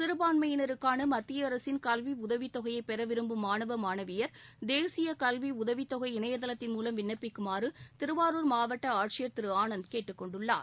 சிறுபான்மையினருக்கான மத்திய அரசின் கல்வி உதவித் தொகையை பெற விரும்பும் மாணவ மாணவியர் தேசிய கல்வி உதவித்தொகை இணையதளத்தின் மூலம் விண்ணப்பிக்குமாறு திருவாரூர் மாவட்ட ஆட்சியர் திரு ஆனந்த் கேட்டுக் கொண்டுள்ளார்